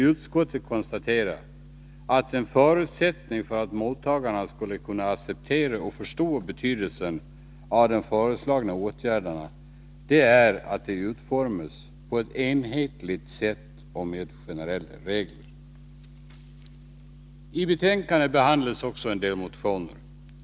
Utskottet konstaterar att en förutsättning för att mottagarna skall kunna acceptera och förstå betydelsen av de föreslagna åtgärderna är att åtgärderna får en enhetlig utformning med generella regler. I betänkandet behandlas en del motioner.